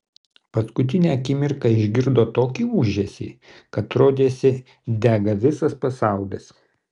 paskutinę akimirką išgirdo tokį ūžesį kad rodėsi dega visas pasaulis